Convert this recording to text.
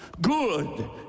good